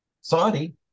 Saudi